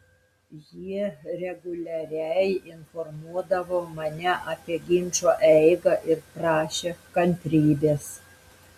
jie reguliariai informuodavo mane apie ginčo eigą ir prašė kantrybės